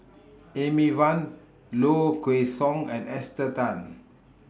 Amy Van Low Kway Song and Esther Tan